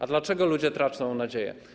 A dlaczego ludzie tracą nadzieję?